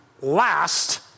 last